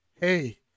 Hey